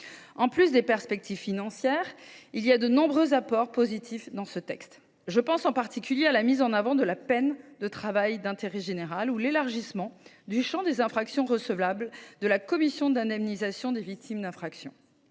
En sus des perspectives financières, je relève de nombreux apports positifs dans ce texte. Je pense en particulier à la mise en avant de la peine de travail d’intérêt général ou à l’élargissement du champ des infractions recevables auprès de la Commission d’indemnisation des victimes d’infractions.